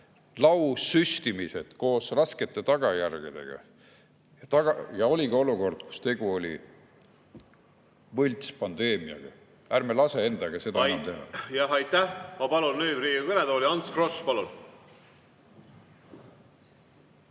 Laussüstimised koos raskete tagajärgedega ja oligi olukord, kus tegu oli võltspandeemiaga. Ärme laseme endaga seda enam teha! Jah, aitäh! Ma palun nüüd Riigikogu kõnetooli Ants Froschi.